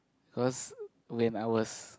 cause when I was